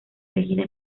elegida